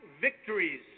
victories